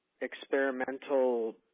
experimental